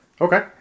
Okay